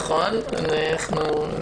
נכון, כמעט.